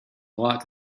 lot